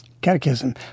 catechism